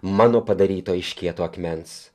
mano padaryto iš kieto akmens